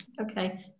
okay